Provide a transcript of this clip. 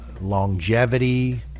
longevity